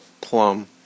Plum